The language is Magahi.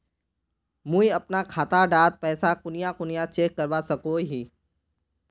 मुई अपना खाता डात पैसा कुनियाँ कुनियाँ चेक करवा सकोहो ही?